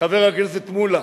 חבר הכנסת מולה,